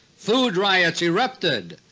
food riots erupted,